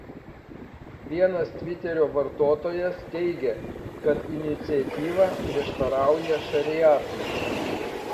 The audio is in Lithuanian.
vienas tviterio vartotojas teigė kad iniciatyva prieštarauja šariatui